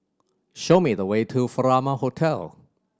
show me the way to Furama Hotel